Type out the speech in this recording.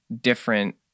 different